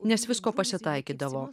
nes visko pasitaikydavo